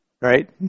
right